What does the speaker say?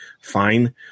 fine